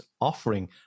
offering